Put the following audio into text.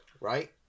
right